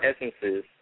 essences